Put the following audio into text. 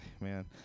man